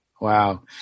Wow